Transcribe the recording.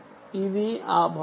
ఇది ఆ భాగం